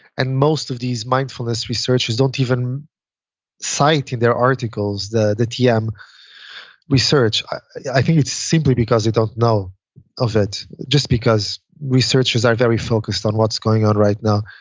and most of these mindfulness researchers don't even site in their articles the the tm research. i think it's simply because we don't know of it. just because researchers are very focused on what's going on right now.